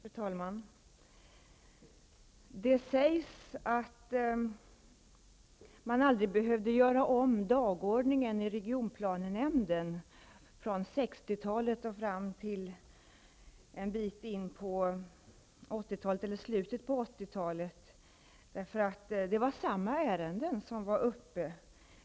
Fru talman! Det sägs att man aldrig behövde göra om dagordningen i regionplanenämnden från 60 talet och fram till slutet av 80-talet, därför att det var samma ärenden som var uppe.